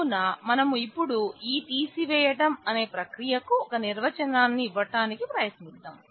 కావున మనం ఇపుడు ఈ తీసివేయటం అనే ప్రక్రియ కు ఒక నిర్వచనాన్ని ఇవ్వటానికి ప్రయనిద్దాం